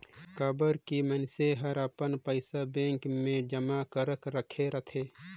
काबर की मइनसे हर अपन पइसा बेंक मे जमा करक राखे रथे